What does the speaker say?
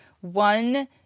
one